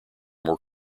more